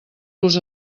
los